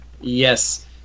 yes